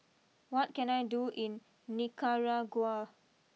what can I do in Nicaragua